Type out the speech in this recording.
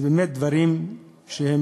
זה באמת דברים שהם